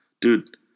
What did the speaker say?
Dude